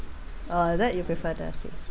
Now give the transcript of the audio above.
uh that you prefer that is it